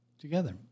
Together